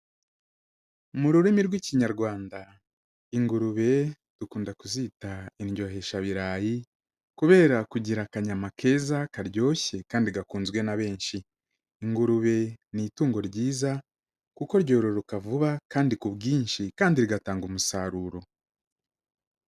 Mu rurimi rw'Ikinyarwanda ingurube dukunda kuzita indyoheshabirayi kubera kugira akanyayama keza karyoshye kandi gakunzwe na benshi. Ingurube ni itungo ryiza kuko ryororoka vuba kandi ku bwinshi kandi rigatanga umusaruro.